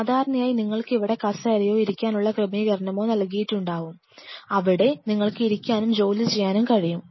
സാധാരണയായി നിങ്ങൾക്ക് ഇവിടെ കസേരയോ ഇരിക്കാനുള്ള ക്രമീകരണമോ നൽകിയിട്ടുണ്ടാവും അവിടെ നിങ്ങൾക്ക് ഇരിക്കാനും ജോലി ചെയ്യാനും കഴിയും